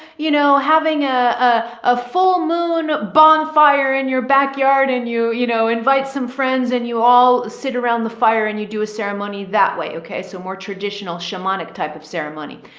you know, having a, a a full moon bonfire in your backyard and you, you know, invite some friends and you all sit and the fire and you do a ceremony that way. okay. so more traditional shamonic type of ceremony.